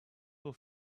will